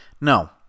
No